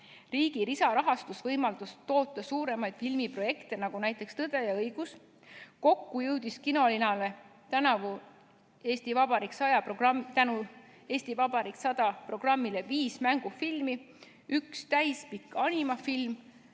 Riigi lisarahastus võimaldas toota suuremaid filmiprojekte, näiteks "Tõde ja õigus". Kokku jõudis kinolinale tänu "Eesti Vabariik 100" programmile viis mängufilmi, üks täispikk animafilm,